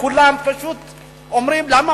כולם פשוט אומרים: למה,